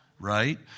right